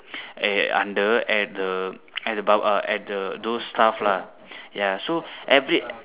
air under at the at the barbe~ at the those stuff lah ya so every